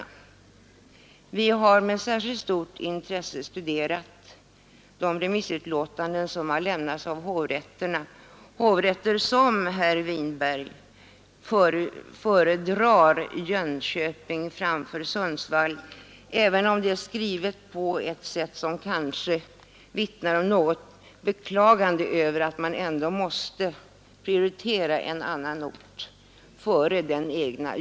Vi har med särskilt stort intresse studerat de remissutlåtanden som lämnats av de hovrätter som, herr Winberg, föredragit Jönköping framför Sundsvall, även om det är skrivet på ett sådant sätt att det vittnar om ett beklagande över att man måste prioritera en annan ort än den egna.